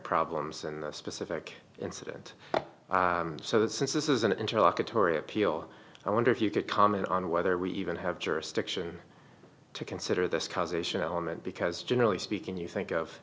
problems and the specific incident so that since this is an interlocutory appeal i wonder if you could comment on whether we even have jurisdiction to consider this cause ation element because generally speaking you think of